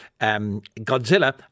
Godzilla